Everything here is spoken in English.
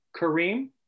Kareem